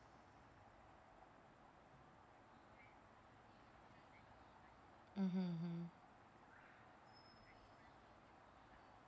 mmhmm mm